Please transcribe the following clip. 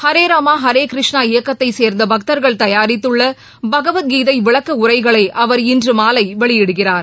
ஹரே ராமா ஹரே கிருஷ்ணா இயக்கத்தை சேர்ந்த பக்தர்கள் தயாரித்துள்ள பகவத் கீதை விளக்க உரைகளை அவர் இன்று மாலை அவர் வெளியிடுகிறார்